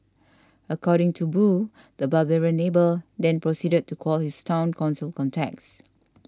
according to Boo the barbarian neighbour then proceeded to call his Town Council contacts